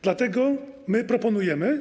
Dlatego my proponujemy.